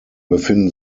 befinden